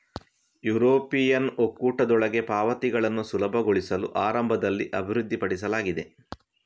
European ಒಕ್ಕೂಟದೊಳಗೆ ಪಾವತಿಗಳನ್ನು ಸುಲಭಗೊಳಿಸಲು ಆರಂಭದಲ್ಲಿ ಅಭಿವೃದ್ಧಿಪಡಿಸಲಾಗಿದೆ